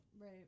Right